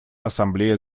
ассамблея